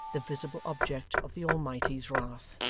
the visible object of the almighty's wrath.